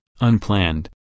unplanned